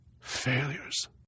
failures